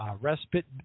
respite